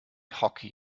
hockey